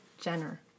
Jenner